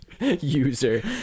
User